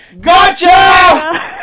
Gotcha